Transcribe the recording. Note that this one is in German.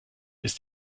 ist